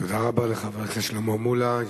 תודה רבה לחבר הכנסת שלמה מולה.